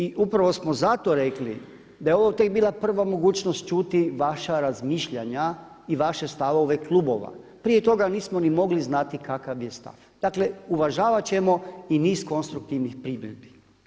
I upravo smo zato rekli da je ovo tek bila prva mogućnost čuti vaša razmišljanja i vaše stavove klubova, prije toga nismo ni mogli znati kakav je stav, dakle uvažavati ćemo i niz konstruktivnih primjedbi.